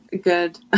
good